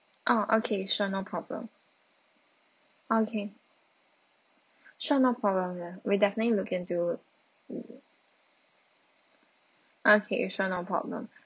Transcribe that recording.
oh okay sure no problem okay sure no problem ya we'll definitely look into okay sure no problem